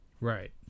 Right